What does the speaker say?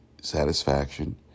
satisfaction